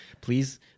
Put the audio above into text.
please